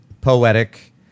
poetic